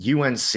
UNC